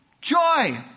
Joy